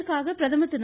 இதற்காக பிரதமர் திரு